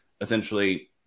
essentially